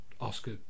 Oscar